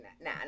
nah